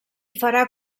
farà